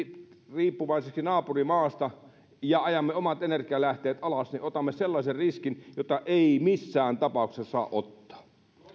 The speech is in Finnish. riippuvaiseksi naapurimaasta ja ajamme omat energianlähteemme alas niin otamme sellaisen riskin jota ei missään tapauksessa saa ottaa